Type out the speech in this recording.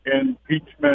impeachment